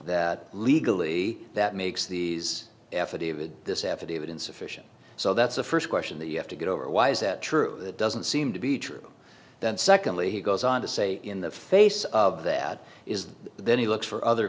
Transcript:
that legally that makes these affidavit this affidavit insufficient so that's the first question that you have to get over why is that true that doesn't seem to be true then secondly he goes on to say in the face of that is that then he looks for other